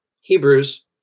Hebrews